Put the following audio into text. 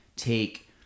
take